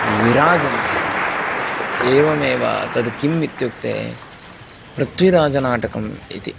विराजन्ते एवमेव तद् किम् इत्युक्ते पृथ्वीराजनाटकम् इति